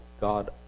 God